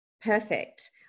Perfect